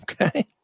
Okay